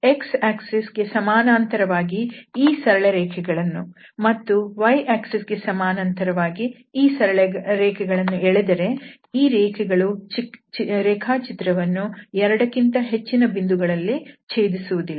x ಅಕ್ಷರೇಖೆಗೆ ಸಮಾನಾಂತರ ವಾಗಿ ಈ ಸರಳ ರೇಖೆಗಳನ್ನು ಮತ್ತು y ಅಕ್ಷರೇಖೆಗೆ ಸಮಾನಾಂತರ ವಾಗಿ ಈ ಸರಳ ರೇಖೆಗಳನ್ನು ಎಳೆದರೆ ಈ ರೇಖೆಗಳು ರೇಖಾಚಿತ್ರವನ್ನು ಎರಡಕ್ಕಿಂತ ಹೆಚ್ಚಿನ ಬಿಂದುಗಳಲ್ಲಿ ಛೇದಿಸುವುದಿಲ್ಲ